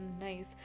nice